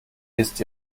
ist